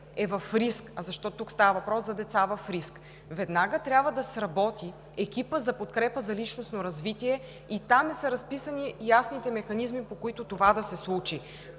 е в риск, а тук става въпрос за деца в риск, веднага трябва да сработи екипът за подкрепа за личностно развитие. В тях са разписани ясните механизми, по които това да се случи